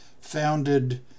founded